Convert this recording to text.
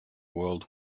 world